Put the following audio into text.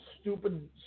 stupid